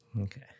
Okay